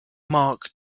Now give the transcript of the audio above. mark